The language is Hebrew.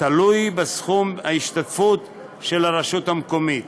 תלוי בסכום ההשתתפות של הרשות המקומית.